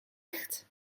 echt